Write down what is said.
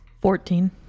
Fourteen